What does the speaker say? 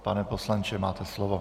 Pane poslanče, máte slovo.